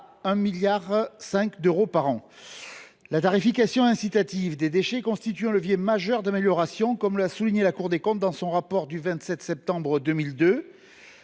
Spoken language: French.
à 1,5 milliard d’euros par an. La tarification incitative des déchets constitue un levier majeur d’amélioration, comme l’a souligné la Cour des comptes dans son rapport du 27 septembre 2002.